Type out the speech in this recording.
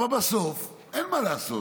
אבל בסוף, אין מה לעשות,